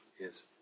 yes